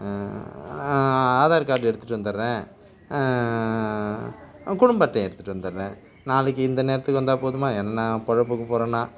Aadhaar card எடுத்துட்டு வந்துடுறேன் குடும்ப அட்டையை எடுத்துட்டு வந்துடுறேன் நாளைக்கு இந்த நேரத்துக்கு வந்தால் போதுமா ஏன்னால் பொழைப்புக்கு போகிறன்னா